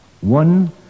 One